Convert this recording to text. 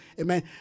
amen